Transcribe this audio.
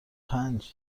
پنج